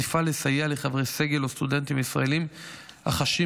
נפעל לסייע לחברי סגל או סטודנטים ישראלים החשים